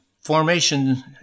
Formation